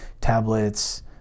Tablets